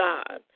God